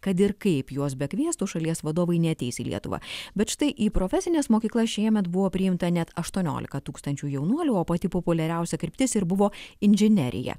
kad ir kaip juos bekviestų šalies vadovai neateis į lietuvą bet štai į profesines mokyklas šiemet buvo priimta net aštuoniolika tūkstančių jaunuolių o pati populiariausia kryptis ir buvo inžinerija